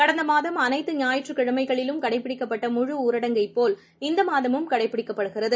கடந்தமாதம் அனைத்து ஞாயிற்றக்கிழமைகளிலும் கடைபிடிக்கப்பட்டமுழுஊரடங்கைப் போல் இந்தமாதமும் கடைபிடிக்கப்படுகிறது